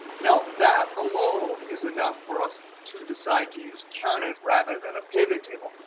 now, that alone is enough for us to to decide to use countif rather than a pivot table.